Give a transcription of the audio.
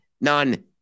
None